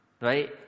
right